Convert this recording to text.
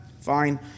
fine